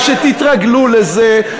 תודה.